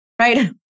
right